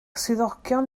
swyddogion